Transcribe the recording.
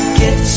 get